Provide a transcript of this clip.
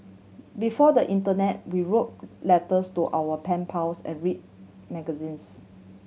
before the internet we wrote letters to our pen pals and read magazines